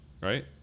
right